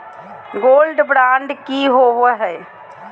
Gold bond की होबो है?